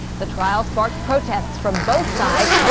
the trial sparked protests from both sides.